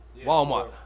Walmart